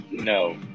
No